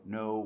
no